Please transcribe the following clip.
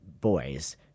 boys